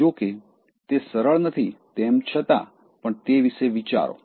જો કે તે સરળ નથી તેમ છતાં પણ તે વિશે વિચારો